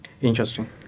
Interesting